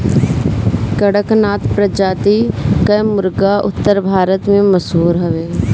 कड़कनाथ प्रजाति कअ मुर्गा उत्तर भारत में मशहूर हवे